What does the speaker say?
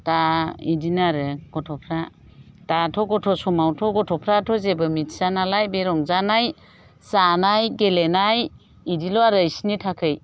दा बेदिनो आरो गथ'फ्रा दाथ' गथ' समावथ' गथ'फ्राथ' जेबो मोनथिया नालाय बे रंजानाय जानाय गेलेनाय बेदिल' आरो बेसिनि थाखाय